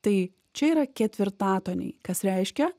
tai čia yra ketvirtatoniai kas reiškia